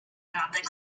radek